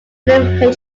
william